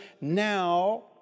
now